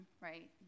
right